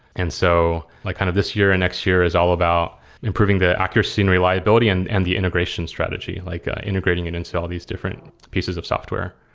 and so like kind of this year and next year is all about improving the accuracy and reliability and and the integration strategy, like integrating it into all these different pieces of software.